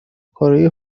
کارای